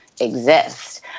exist